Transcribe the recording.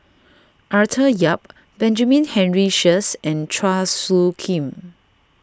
Arthur Yap Benjamin Henry Sheares and Chua Soo Khim